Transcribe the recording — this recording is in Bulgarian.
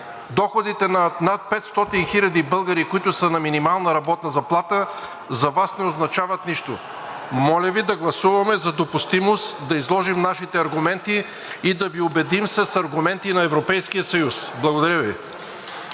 доходите на над 500 хил. българи, които са на минимална работна заплата, за Вас не означават нищо? Моля Ви да гласуваме за допустимост, да изложим нашите аргументи и да Ви убедим с аргументи и на Европейския съюз! Благодаря Ви.